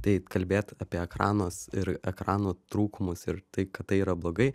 tai kalbėt apie ekranus ir ekranų trūkumus ir tai kad tai yra blogai